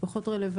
זה פחות רלוונטי.